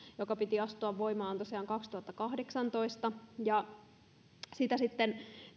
jonka piti astua voimaan tosiaan kaksituhattakahdeksantoista ja sitä sitten